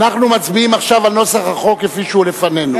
אנחנו מצביעים עכשיו על נוסח החוק כפי שהוא לפנינו.